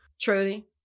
Trudy